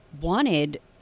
wanted